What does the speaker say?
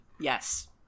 Yes